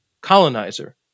colonizer